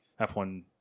F1